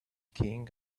king